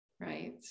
Right